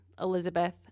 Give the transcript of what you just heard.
Elizabeth